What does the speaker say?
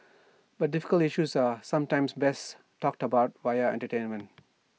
but difficult issues are sometimes best talked about via entertainment